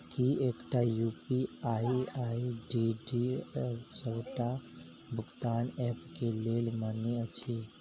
की एकटा UPI ID D सबटा भुगतान ऐप केँ लेल मान्य अछि?